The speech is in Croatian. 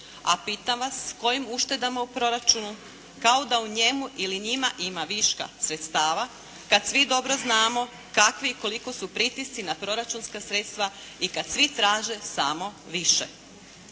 A pitam vas s kojim uštedama u proračunu kao da u njemu ili njima ima viška sredstava kad svi dobro znamo kakvi i koliko su pritisci na proračunska sredstva i kad svi traže samo više.